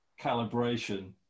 calibration